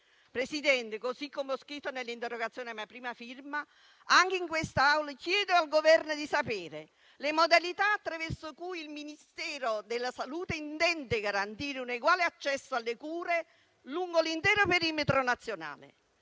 Presidente, così come ho scritto nell'interrogazione a mia prima firma, anche in quest'Aula chiedo al Governo di sapere le modalità attraverso cui il Ministero della salute intende garantire un eguale accesso alle cure lungo l'intero perimetro nazionale